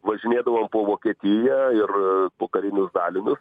važinėdavom po vokietiją ir po karinius dalinius